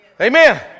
Amen